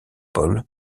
paul